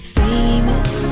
famous